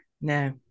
No